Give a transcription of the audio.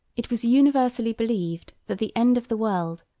it was universally believed, that the end of the world,